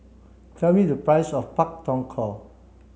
tell me the price of Pak Thong Ko